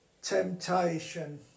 Temptation